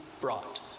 brought